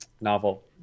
novel